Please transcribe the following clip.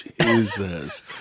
Jesus